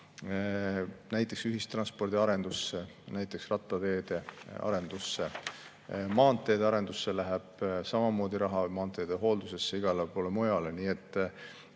Näiteks ühistranspordi arendusse, rattateede arendusse, maanteede arendusse läheb samamoodi raha, maanteede hooldusesse, igale poole mujale. Nii et